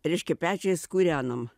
reiškia pečiais kūrenom